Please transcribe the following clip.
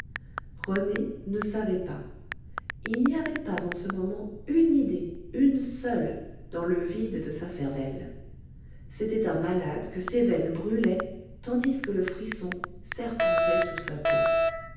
rené ne savait pas il n'y avait pas en ce moment une idée une seule dans le vide de sa cervelle c'était un malade que ses veines brûlaient tandis que le frisson serpentait sous sa peau